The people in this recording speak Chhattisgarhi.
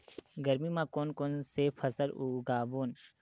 गरमी मा कोन कौन से फसल उगाबोन?